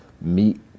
meet